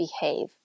behave